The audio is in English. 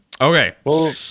Okay